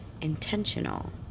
intentional